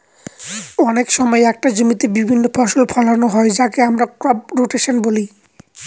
অনেক সময় একটি জমিতে বিভিন্ন ফসল ফোলানো হয় যাকে আমরা ক্রপ রোটেশন বলি